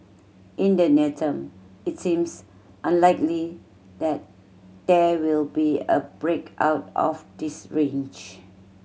in the near term it seems unlikely that there will be a break out of this range